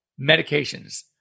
medications